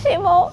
shimo